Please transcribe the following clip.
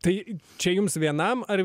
tai čia jums vienam ar